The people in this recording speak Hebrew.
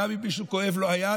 גם אם למישהו כואבת היד,